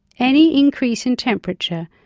any increase in temperature,